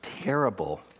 parable